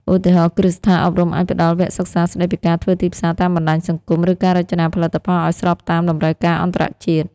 ឧទាហរណ៍ គ្រឹះស្ថានអប់រំអាចផ្តល់វគ្គសិក្សាស្តីពីការធ្វើទីផ្សារតាមបណ្តាញសង្គម ឬការរចនាផលិតផលឱ្យស្របតាមតម្រូវការអន្តរជាតិ។